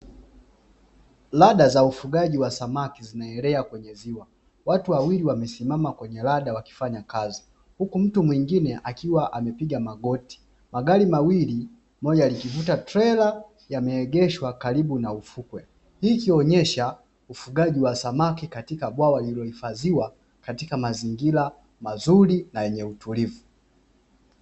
Lada za ufugaji wa samaki zinaelea kwenye ziwa, watu wawili wamesimama kwenye lada wakifanya kazi huku mtu mwengine akiwa amepiga magoti, magari mawili moja likivuta trela yameegeshwa karibu na ufukwe hii ikionesha ufugaji wa samaki katika bwawa lililohifadhiwa katika mazingira mazuri na yenye utulivu.